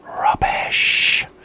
Rubbish